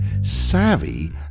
savvy